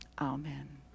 Amen